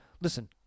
Listen